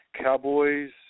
Cowboys